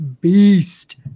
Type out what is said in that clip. beast